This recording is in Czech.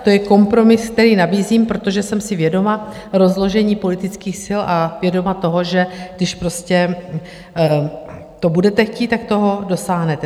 To je kompromis, který nabízím, protože jsem si vědoma rozložení politických sil a vědoma toho, že když prostě to budete chtít, tak toho dosáhnete.